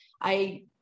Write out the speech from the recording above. I-